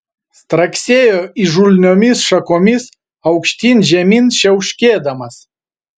straksėjo įžulniomis šakomis aukštyn žemyn čiauškėdamas